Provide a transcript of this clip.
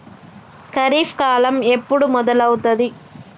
ఖరీఫ్ కాలం ఎప్పుడు మొదలవుతుంది?